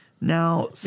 Now